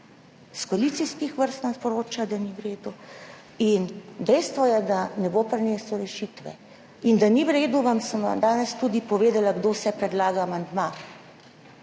Iz koalicijskih vrst nam sporočajo, da ni v redu in dejstvo je, da ne bo prinesel rešitev. Da ni v redu, sem vam danes tudi povedala, kdo vse predlaga amandma.